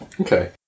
Okay